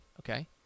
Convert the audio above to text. okay